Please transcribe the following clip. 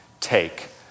take